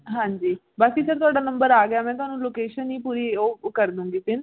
ਹਾਂਜੀ ਬਾਕੀ ਸਰ ਤੁਹਾਡਾ ਨੰਬਰ ਆ ਗਿਆ ਮੈਂ ਤੁਹਾਨੂੰ ਲੋਕੇਸ਼ਨ ਹੀ ਪੂਰੀ ਉਹ ਉਹ ਕਰ ਦੇਊਂਗੀ ਫੇਰ